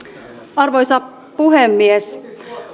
arvoisa puhemies